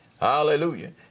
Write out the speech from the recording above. Hallelujah